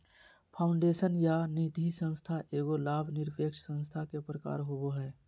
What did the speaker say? foundation या निधिसंस्था एगो लाभ निरपेक्ष संस्था के प्रकार होवो हय